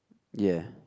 ya